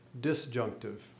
disjunctive